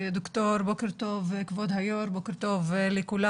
בוקר טוב כבוד היושב-ראש, בוקר טוב לכולם.